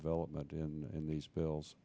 development and in these bills